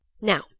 Now